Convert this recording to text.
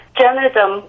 journalism